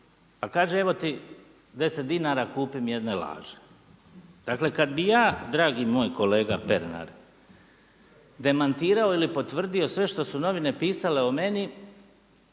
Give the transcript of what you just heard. A kaže evo ti 10 dinara kupi mi jedne laže. Dakle kad bi ja dragi moj kolega Pernar demantirao ili potvrdio sve što su novine pisale o meni